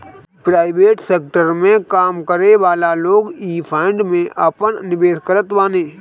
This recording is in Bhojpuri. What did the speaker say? प्राइवेट सेकटर में काम करेवाला लोग इ फंड में आपन निवेश करत बाने